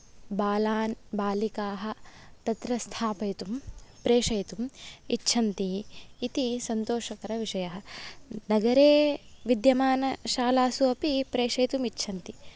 बालान् बालिकाः तत्र स्थापयितुं प्रेषयितुम् इच्छन्ति इति सन्तोषकरविषयः नगरे विद्यमानशालसु अपि प्रेषयितुं इच्छन्ति